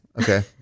Okay